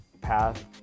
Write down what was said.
path